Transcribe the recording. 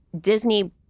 Disney